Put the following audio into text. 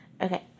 Okay